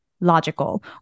logical